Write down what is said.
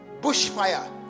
bushfire